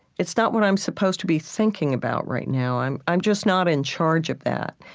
it's not what i'm supposed to be thinking about right now. i'm i'm just not in charge of that.